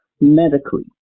medically